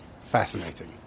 fascinating